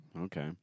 Okay